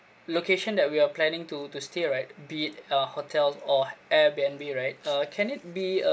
location that we are planning to to stay right be it uh hotels or airbnb right uh can it be